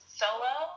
solo